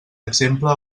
exemple